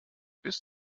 bis